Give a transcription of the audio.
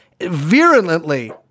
virulently